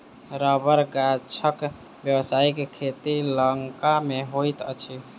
रबड़ गाछक व्यवसायिक खेती लंका मे होइत अछि